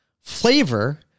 flavor